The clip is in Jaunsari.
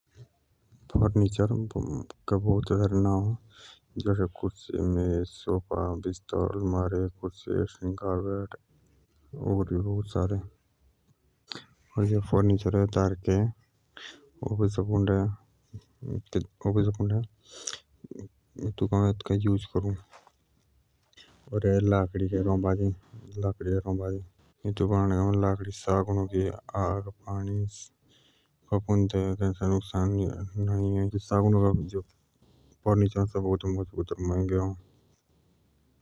फर्निचर के बहुते सरे नाव ह जोश कुर्से मेज सौफा बिस्तर अल्मरे कुर्से पंखा बेड ओर भी बहुते सारे ओर जो एजे फर्निचर अ सेजे दर्के ओफिस पंडे आम एत्का उस करू ओर जो एजे लाकडे के भजो ओर एटुक् बदनक सेल्फ सगुण की लाकडे करू इनकु आग पडी लयि किछ भी नुक्सान ना ह।